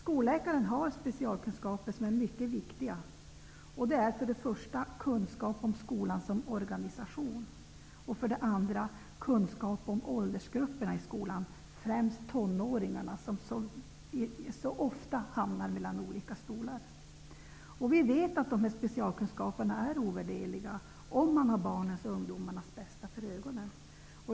Skolläkaren har specialkunskaper som är mycket viktiga. Det är för det första kunskap om skolan som organisation och för det andra kunskap om åldersgrupperna i skolan, främst tonåringarna, vilka så ofta hamnar mellan olika stolar. Vi vet att dessa specialkunskaper är ovärderliga om man har barnens och ungdomarnas bästa för ögonen.